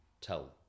tell